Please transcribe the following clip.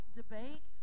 debate